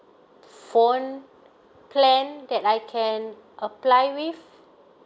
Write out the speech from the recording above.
phone plan that I can apply with